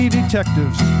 detectives